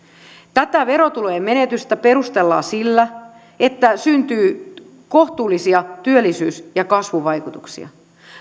tätä verotulojen menetystä perustellaan sillä että syntyy kohtuullisia työllisyys ja kasvuvaikutuksia